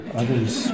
others